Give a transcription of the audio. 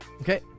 okay